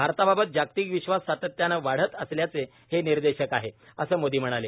भारताबाबत जागतिक विश्वास सातत्यानं वाढत असल्याचं हे निदर्शक आहे असं मोदी म्हणाले